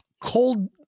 cold